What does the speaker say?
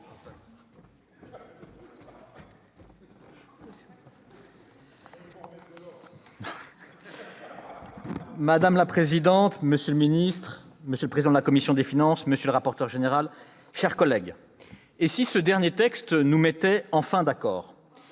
Madame la présidente, monsieur le ministre, monsieur le président de la commission des finances, monsieur le rapporteur général, mes chers collègues, et si ce dernier texte nous mettait enfin d'accord ?